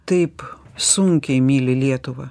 taip sunkiai myli lietuvą